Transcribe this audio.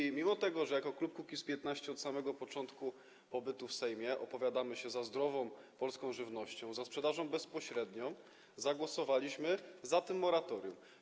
I mimo tego, że jako klub Kukiz’15 od samego początku pobytu w Sejmie opowiadamy się za zdrową polską żywnością, za sprzedażą bezpośrednią, zagłosowaliśmy za tym moratorium.